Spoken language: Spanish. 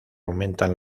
aumentan